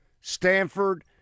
Stanford